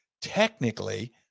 Technically